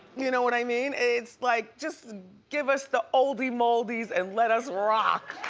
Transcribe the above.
you know what i mean? it's like just give us the oldie moldies and let us rock.